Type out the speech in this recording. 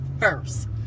first